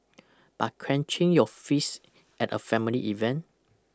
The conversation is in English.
but clenching your fists at a family event